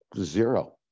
zero